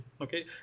okay